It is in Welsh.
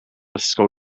ysgol